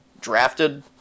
drafted